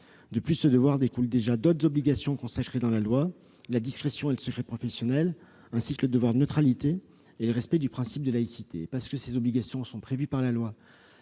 De plus, ce devoir découle déjà d'autres obligations consacrées dans la loi : la discrétion et le secret professionnel, ainsi que le devoir de neutralité et le respect du principe de laïcité. Parce que ces obligations figurent dans la loi